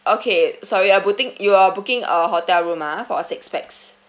okay sorry I'm booking you are booking a hotel room ah for six pax